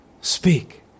Speak